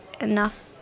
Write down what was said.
enough